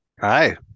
Hi